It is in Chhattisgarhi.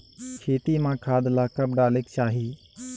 खेती म खाद ला कब डालेक चाही?